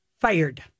Fired